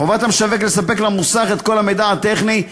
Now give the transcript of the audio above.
חובת המשווק לספק למוסך את כל המידע הטכני,